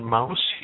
Mouse